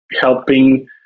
helping